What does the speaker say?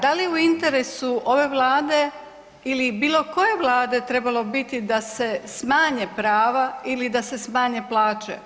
Da li je u interesu ove Vlade ili bilo koje Vlade trebalo biti da se smanje prava ili da se smanje plaće.